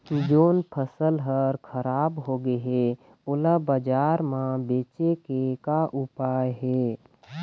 जोन फसल हर खराब हो गे हे, ओला बाजार म बेचे के का ऊपाय हे?